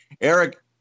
Eric